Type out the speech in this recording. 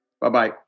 Bye-bye